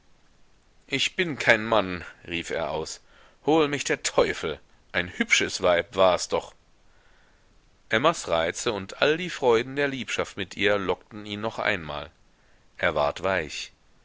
ich bin kein mann rief er aus hol mich der teufel ein hübsches weib wars doch emmas reize und all die freuden der liebschaft mit ihr lockten ihn noch einmal er ward weich